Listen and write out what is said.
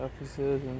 officers